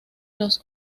los